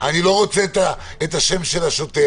אני לא רוצה את השם של השוטר,